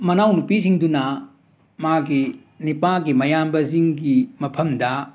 ꯃꯅꯥꯎꯅꯨꯄꯤꯁꯤꯡꯗꯨꯅ ꯃꯥꯒꯤ ꯅꯤꯄꯥꯒꯤ ꯃꯌꯥꯝꯕꯁꯤꯡꯒꯤ ꯃꯐꯝꯗ